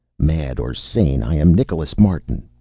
mad or sane, i am nicholas martin,